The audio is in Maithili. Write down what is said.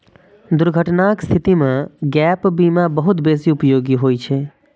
दुर्घटनाक स्थिति मे गैप बीमा बहुत बेसी उपयोगी होइ छै